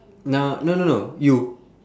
now no no no you